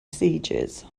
sieges